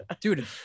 Dude